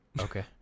Okay